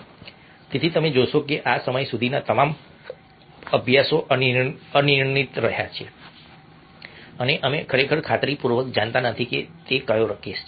તેથી તમે જોશો કે આ સમય સુધીના તમામ અભ્યાસો અનિર્ણિત રહ્યા છે અને અમે ખરેખર ખાતરીપૂર્વક જાણતા નથી કે કયો કેસ છે